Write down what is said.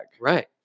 Right